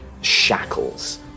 shackles